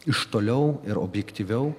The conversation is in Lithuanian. iš toliau ir objektyviau